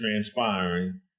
transpiring